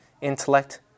intellect